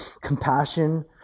compassion